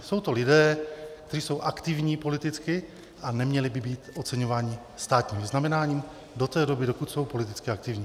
Jsou to lidé, kteří jsou aktivní politicky a neměli by být oceňováni státním vyznamenáním do té doby, dokud jsou politicky aktivní.